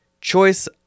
choice